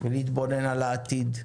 ולהתבונן על העתיד,